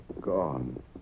Gone